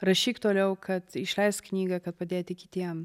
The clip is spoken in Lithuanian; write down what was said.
rašyk toliau kad išleisk knygą kad padėti kitiem